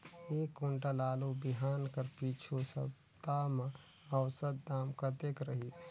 एक कुंटल आलू बिहान कर पिछू सप्ता म औसत दाम कतेक रहिस?